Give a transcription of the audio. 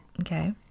Okay